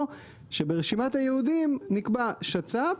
או, שברשימת הייעודים נקבע שצ"פ